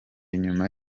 nyuma